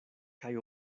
kaj